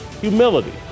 humility